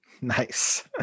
Nice